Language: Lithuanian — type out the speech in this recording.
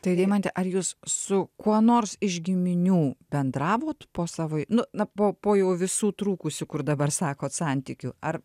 tai deimante ar jūs su kuo nors iš giminių bendravot po savo nu na po po jau visų trūkusių kur dabar sakot santykių ar